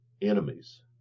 enemies